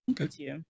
Okay